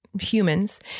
humans